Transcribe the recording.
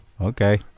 Okay